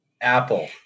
Apple